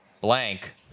blank